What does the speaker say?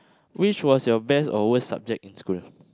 which was your best or worst subject in school